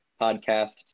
podcast